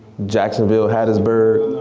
jacksonville, hattiesburg.